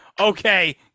Okay